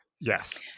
Yes